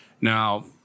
Now